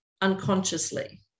unconsciously